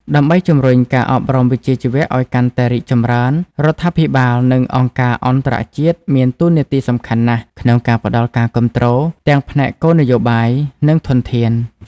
ដើម្បីជំរុញការអប់រំវិជ្ជាជីវៈឱ្យកាន់តែរីកចម្រើន រដ្ឋាភិបាល និងអង្គការអន្តរជាតិមានតួនាទីសំខាន់ណាស់ក្នុងការផ្តល់ការគាំទ្រទាំងផ្នែកគោលនយោបាយ និងធនធាន។